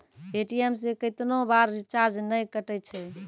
ATM से कैतना बार चार्ज नैय कटै छै?